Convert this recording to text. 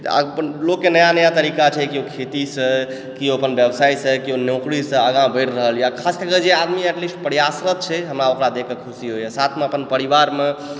आओर अपन लोककेँ नया नया तरीका छै जे केओ खेतीसँ केओ अपन व्यवसायसँ केओ नौकरीसँ आगा बढ़ि रहल यऽ खास कए कऽ एट लिस्ट जे आदमी प्रयासरत छै हमरा ओकरा देखकऽ खुशी होइए साथमे अपन परिवारमे